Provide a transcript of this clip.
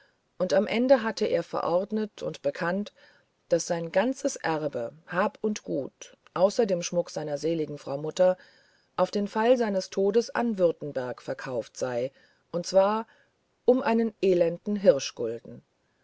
und am ende hatte er verordnet und bekannt daß sein ganzes erbe hab und gut außer dem schmuck seiner seligen frau mutter auf den fall seines todes an württemberg verkauft sei und zwar um einen elenden